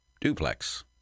duplex